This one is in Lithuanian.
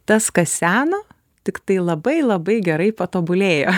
tas kas sena tiktai labai labai gerai patobulėjo